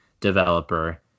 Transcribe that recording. developer